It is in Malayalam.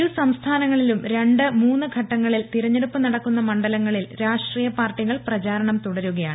ഇരു സംസ്ഥാനങ്ങളിലും ് രണ്ട് മൂന്ന് ഘട്ടങ്ങളിൽ തെരഞ്ഞെടുപ്പ് നടക്കുന്ന മണ്ഡലങ്ങളിൽ രാഷ്ട്രീയ പാർട്ടികൾ പ്രചാരണം തുടരുകയാണ്